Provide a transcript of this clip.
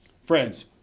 Friends